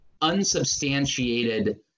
unsubstantiated